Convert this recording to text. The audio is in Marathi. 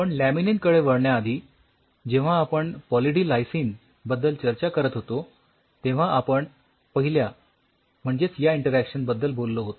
पण लॅमिनीन कडे वळण्याआधी जेव्हा आपण पॉली डी लायसिन बद्दल चर्चा करत होतो तेव्हा आपण पहिल्या म्हणजेच या इंटरॅक्शन बद्दल बोललो होतो